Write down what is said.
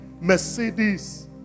Mercedes